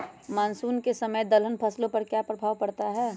Monsoon के समय में दलहन फसलो पर क्या प्रभाव पड़ता हैँ?